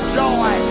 joy